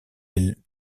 est